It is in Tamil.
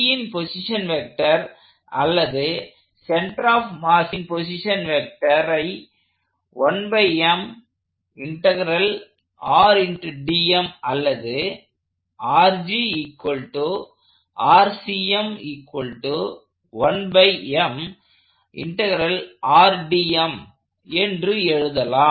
Gன் பொசிஷன் வெக்டர் அல்லது சென்டர் ஆப் மாஸின் பொசிஷன் வெக்டரை அல்லது என்று எழுதலாம்